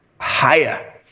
higher